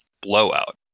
blowout